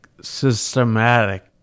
systematic